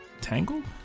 Tangled